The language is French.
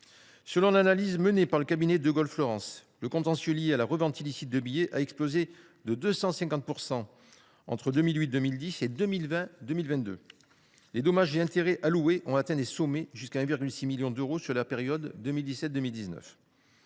Selon l’analyse menée par le cabinet de Gaulle Fleurance, le contentieux lié à la revente illicite de billets a explosé de 250 % entre 2008 et 2010 et entre 2020 et 2022. Les dommages et intérêts alloués ont atteint des sommets, jusqu’à 1,6 million d’euros au cours de la période 2017 2019.